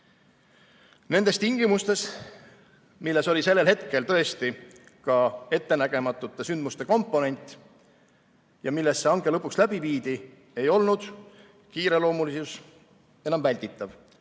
Nendes tingimustes, milles oli sellel hetkel tõesti ka ettenägematute sündmuste komponent ja milles see hange lõpuks läbi viidi, ei olnud kiireloomulisus enam välditav.